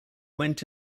went